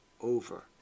over